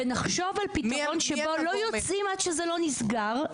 ונחשוב על פתרון שבו לא יוצאים עד שזה לא נסגר,